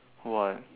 what